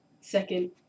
second